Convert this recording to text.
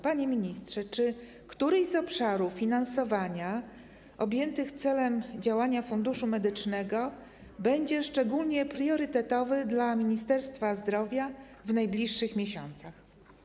Panie ministrze, czy któryś z obszarów finansowania objętych celem działania Funduszu Medycznego będzie szczególnie priorytetowy dla Ministerstwa Zdrowia w najbliższych miesiącach?